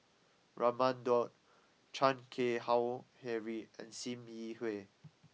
Raman Daud Chan Keng Howe Harry and Sim Yi Hui